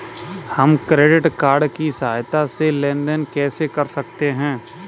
हम credit card की सहायता से लेन देन कैसे कर सकते हैं?